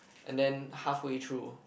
and then halfway through